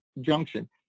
junction